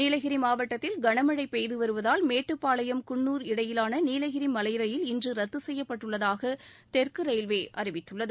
நீலகிரி மாவட்டத்தில் கனமழை பெய்து வருவதால் மேட்டுப்பாளையம் குன்னூர் இடையிலான நீலகிரி மலை ரயில் இன்று ரத்து செய்யப்பட்டுள்ளதாக தெற்கு ரயில்வே அறிவித்துள்ளது